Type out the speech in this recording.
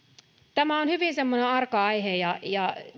tämä on semmoinen hyvin arka aihe ja ja